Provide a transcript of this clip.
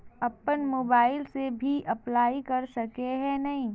अपन मोबाईल से भी अप्लाई कर सके है नय?